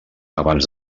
abans